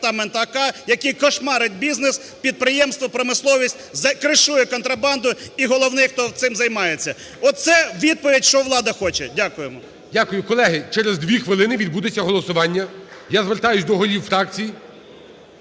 який кошмарить бізнес, підприємство, промисловість, кришує контрабанду і головне, хто цим займається. Оце відповідь, що влада хоче. Дякуємо. ГОЛОВУЮЧИЙ. Дякую. Колеги, через дві хвилини відбудеться голосування. Я звертаюся до голів фракцій